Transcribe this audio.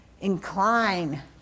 Incline